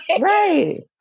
right